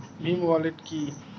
Bhim wallet কি?